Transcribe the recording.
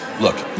Look